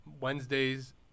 Wednesday's